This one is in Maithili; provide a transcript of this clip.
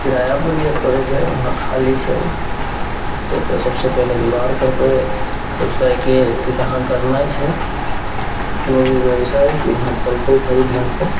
किरायापर लिए पड़ै छै वहाँ खाली छै तऽ सबसे पहिले जोगार करबै बेवसाइके कि कहाँ करनाइ छै कोनो भी बेवसाइ कि वहाँ चलतै सही ढङ्गसे